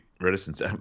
reticence